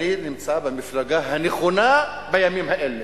שאני נמצא במפלגה הנכונה בימים האלה,